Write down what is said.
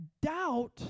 doubt